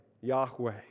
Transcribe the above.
Yahweh